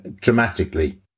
dramatically